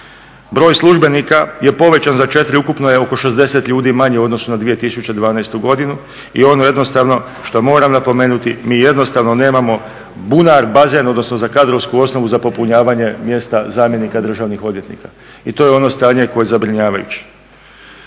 Broj službenika je povećan za 4. Ukupno je oko 60 ljudi manje u odnosu na 2012. godinu i ono jednostavno što moram napomenuti, mi jednostavno nemamo bunar, bazen, odnosno kadrovsku osnovu za popunjavanje mjesta zamjenika državnog odvjetnika i to je ono stanje koje je zabrinjavajuće.